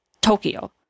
Tokyo